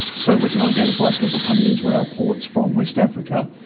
so we can identify people coming into our ports from west africa,